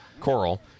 Coral